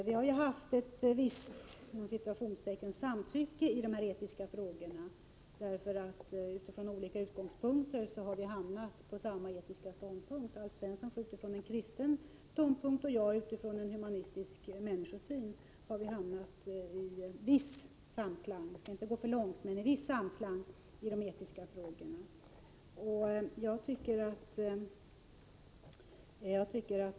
Vi har ju haft ett visst ”samtycke” i dessa etiska frågor. Utifrån olika utgångspunkter har vi intagit samma etiska ståndpunkt; Alf Svensson utifrån en kristen ståndpunkt och jag utifrån en humanistisk människosyn. Vi har nått viss samklang i de etiska frågorna.